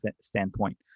standpoint